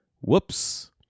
Whoops